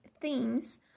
themes